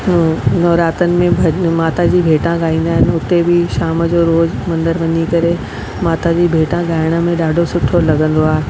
नवरात्रनि में भॼ माता जी भेटा गाईंदा आहिनि हुते बि शाम जो रोज़ु मंदरु वञी करे माता जी भेटा ॻाइण में ॾाढो सुठो लॻंदो आहे